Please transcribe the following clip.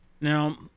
Now